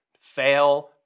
fail